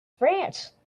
france